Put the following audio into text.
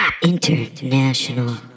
International